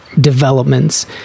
developments